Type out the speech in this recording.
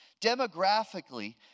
Demographically